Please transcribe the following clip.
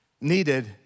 needed